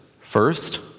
first